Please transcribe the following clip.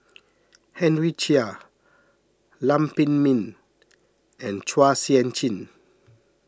Henry Chia Lam Pin Min and Chua Sian Chin